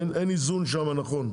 אין איזון נכון שם.